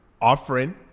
offering